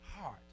heart